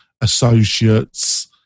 associates